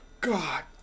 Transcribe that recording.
God